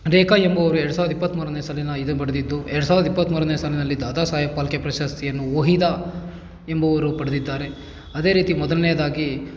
ರೇಖಾ ಎಂಬುವರು ಎರಡು ಸಾವ್ರದ ಇಪ್ಪತ್ತ್ಮೂರನೇ ಸಾಲಿನ ಇದು ಪಡೆದಿದ್ದು ಎರಡು ಸಾವ್ರದ ಇಪ್ಪತ್ತ್ಮೂರನೇ ಸಾಲಿನಲ್ಲಿ ದಾದಾ ಸಾಹೇಬ್ ಫಾಲ್ಕೆ ಪ್ರಶಸ್ತಿಯನ್ನು ವಹಿದಾ ಎಂಬುವರು ಪಡೆದಿದ್ದಾರೆ ಅದೇ ರೀತಿ ಮೊದಲನೇದಾಗಿ